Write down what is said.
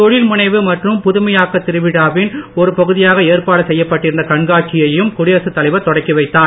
தொழில்முனைவு மற்றும் புதுமையாக்கத் திருவிழாவின் ஒரு பகுதியாக ஏற்பாடு செய்யப்பட்டிருந்த கண்காட்சியையும் குடியரசு தலைவர் தொடங்கி வைத்தார்